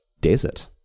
desert